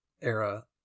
era